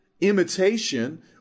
imitation